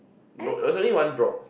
no there was only one drop